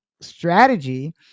strategy